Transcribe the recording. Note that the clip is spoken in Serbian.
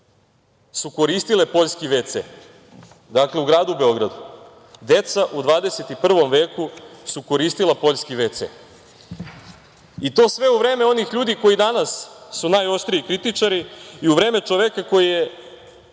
su koristile poljski WC.Dakle, u gradu Beogradu deca u XXI veku su koristila poljski WC i to sve u vreme onih ljudi koji su danas najoštriji kritičari i u vreme čoveka koji će